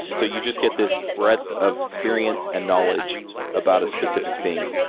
and so you just get this breadth of experience and knowledge about a specific thing,